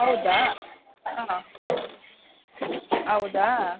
ಹೌದಾ ಹಾಂ ಹೌದಾ